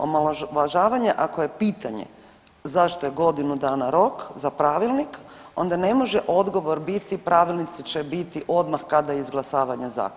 Omalovažavanje ako je pitanje zašto je godinu dana rok za pravilnik onda ne može odgovor biti pravilnici će biti odmah kada i izglasavanje zakona.